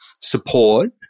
support